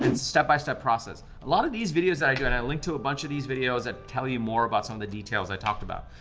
and step-by-step process. a lot of these videos that i do, and i linked to a bunch of these videos that tell you more about some of the details i talked about.